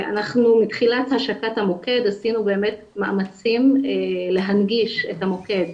אנחנו מתחילת השקת המוקד עשינו באמת מאמצים להנגיש את המוקד